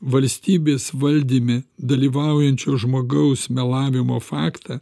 valstybės valdyme dalyvaujančio žmogaus melavimo faktą